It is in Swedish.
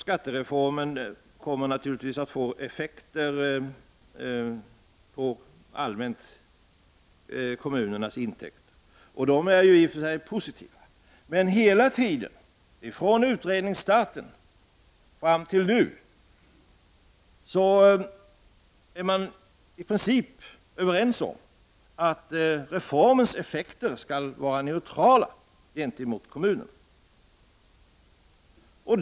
Skattereformen kommer naturligtvis att allmänt få effekter på kommunernas intäkter. Det är ju i och för sig positivt. Men hela tiden, från utredningsstarten och fram till nu, har man i princip varit överens om att reformen skall verka neutralt gentemot kommunerna.